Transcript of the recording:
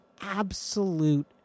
absolute